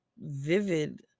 vivid